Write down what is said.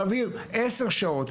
להעביר עשר שעות.